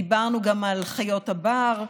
דיברנו גם על חיות הבר,